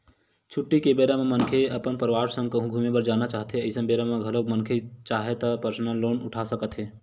छुट्टी के बेरा म मनखे अपन परवार संग कहूँ घूमे बर जाना चाहथें अइसन बेरा म घलोक मनखे चाहय त परसनल लोन उठा सकत हे